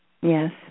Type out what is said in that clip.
Yes